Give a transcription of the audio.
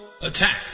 Attack